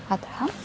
अतः